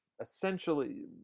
essentially